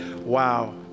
wow